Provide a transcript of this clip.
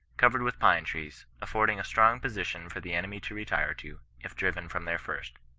covered with pine-trees, af fording a strong position for the enemy to retire to, if driven from their first.